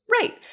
Right